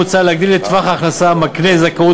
מוצע להגדיל את טווח ההכנסה המקנה זכאות